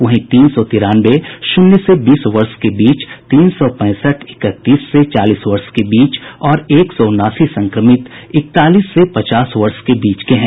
वहीं तीन सौ तिरानवे शून्य से बीस वर्ष के बीच तीन सौ पैंसठ इकतीस से चालीस वर्ष के बीच और एक सौ उनासी संक्रमित इकतालीस से पचास वर्ष के बीच के हैं